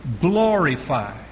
glorify